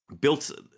built